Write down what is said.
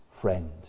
friend